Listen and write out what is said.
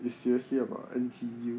is seriously about N_T_U